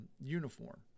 uniform